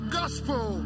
gospel